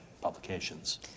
publications